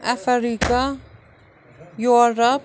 Africa Europe